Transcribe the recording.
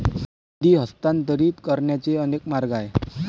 निधी हस्तांतरित करण्याचे अनेक मार्ग आहेत